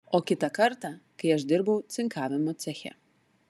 o kitą kartą kai aš dirbau cinkavimo ceche